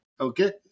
Okay